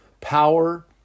power